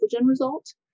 result